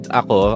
ako